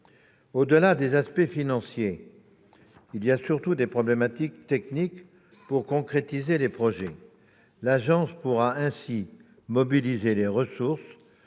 Au-delà des aspects financiers, il y a surtout des problématiques techniques pour concrétiser les projets. L'agence pourra ainsi mobiliser les ressources